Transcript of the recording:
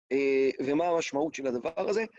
ומה המשמעות של הדבר הזה.